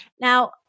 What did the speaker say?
Now